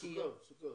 סוכם.